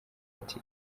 ati